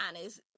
honest